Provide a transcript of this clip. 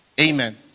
Amen